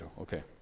Okay